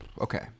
okay